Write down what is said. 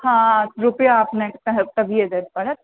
हाँ रुपआ अपने कऽ तऽ तभिए देबऽ पड़त